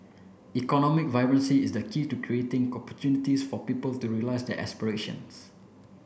economic vibrancy is key to creating opportunities for people to realise their aspirations